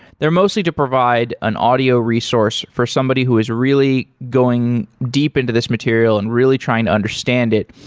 they're mostly to provide an audio resource for somebody who is really going deep into this material and really trying to understand it.